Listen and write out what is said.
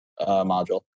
module